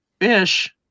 fish